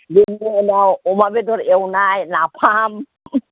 बिनि उनाव अमा बेदर एवनाय नाफाम